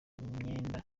imyenda